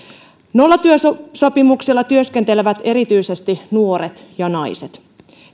nollatyösopimuksilla työskentelevät erityisesti nuoret ja naiset